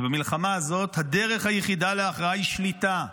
ובמלחמה הזאת הדרך היחידה להכרעה היא שליטה.